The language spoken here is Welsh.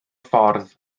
ffordd